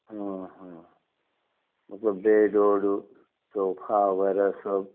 मतलब बेड ओड सोफा वगैरह सब